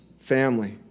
family